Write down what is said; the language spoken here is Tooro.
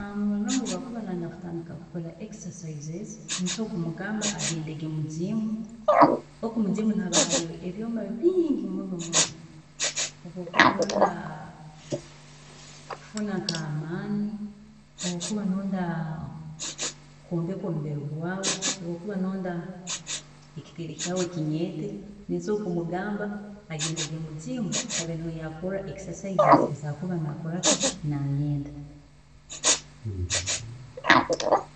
Munywaani wange obu akuba nayenda kutandika kukora exercises, nsobola kumugamba kugendaga mu jiimu, habwokuba mu jiimu habayo ebyooma bingi muno muno, obu akuba nayenda kufuna amani, abu okuba noyenda kwombeka omubiri gwaawe, obu okuba noyenda ekitiiri kyawe kinyeete, ninsobola kumugamba agndege mu jiimu habwokuba niho asobola kukorra exercises ezi akukuurra nakoraki, nayenda